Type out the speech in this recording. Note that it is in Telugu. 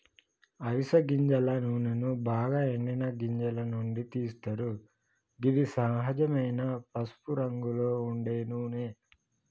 అవిస గింజల నూనెను బాగ ఎండిన గింజల నుండి తీస్తరు గిది సహజమైన పసుపురంగులో ఉండే నూనె